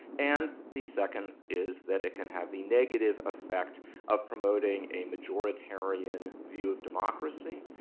and the second is that it can have the negative effect of promoting a majoritarian view of democracy,